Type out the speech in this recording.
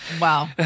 Wow